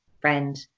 friend